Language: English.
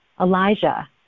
Elijah